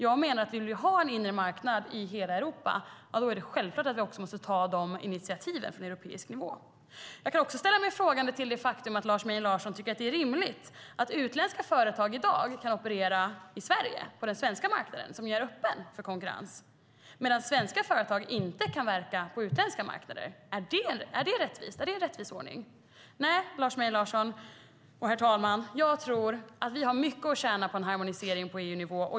Jag menar att om vi vill ha en inre marknad i hela Europa är det självklart att vi också måste ta dessa initiativ på europeisk nivå. Jag kan också ställa mig frågande till det faktum att Lars Mejern Larsson tycker att det är rimligt att utländska företag i dag kan operera i Sverige på den svenska marknaden som är öppen för konkurrens, medan svenska företag inte kan verka på utländska marknader. Är det en rättvis ordning? Nej, jag tror att vi har mycket att tjäna på en harmonisering på EU-nivå.